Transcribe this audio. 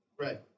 Right